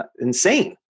insane